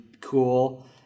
cool